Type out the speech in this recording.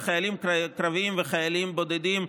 לחיילים קרביים ולחיילים בודדים.